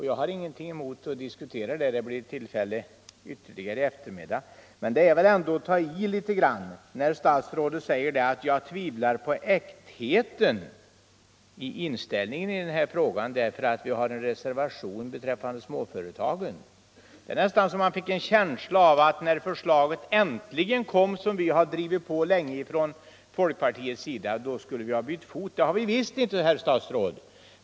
Jag har ingenting emot att diskutera det nu, även om det blir ytterligare tillfällen till det senare i dag. Men det är väl ändå att ta i litet väl mycket när statsrådet säger att han tvivlar på äktheten i vår inställning till den här frågan, eftersom vi har en reservation beträffande småföretag. Jag fick nästan en känsla av att när vi äntligen fick det förslag som vi från folkpartiets sida länge försökt pressa fram, så skulle vi ha bytt fot. Det har vi visst inte gjort, herr statsråd.